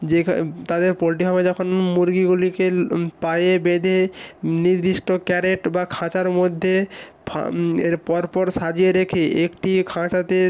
যেখা তাদের পোল্ট্রি ফার্মে যখন মুরগিগুলিকে পায়ে বেঁধে নির্দিষ্ট ক্যারেট বা খাঁচার মধ্যে ফাম্ এর পর পর সাজিয়ে রেখে একটি খাঁচাতে